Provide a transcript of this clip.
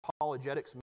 apologetics